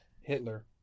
Hitler